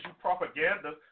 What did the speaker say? propaganda